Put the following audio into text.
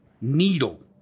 needle